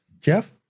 Jeff